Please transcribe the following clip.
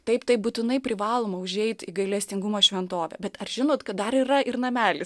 taip tai būtinai privaloma užeit į gailestingumo šventovę bet ar žinot kad dar yra ir namelis